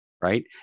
right